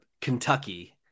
Kentucky